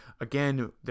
again